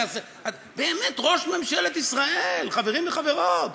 באמת, ראש ממשלת ישראל, חברים וחברות.